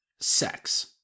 sex